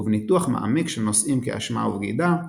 ובניתוח מעמיק של נושאים כאשמה ובגידה,